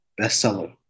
bestseller